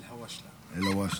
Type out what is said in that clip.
אלהואשלה.